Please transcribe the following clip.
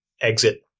exit